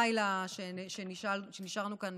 בגלל הלילה שנשארנו כאן